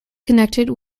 connected